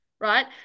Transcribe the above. right